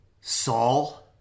Saul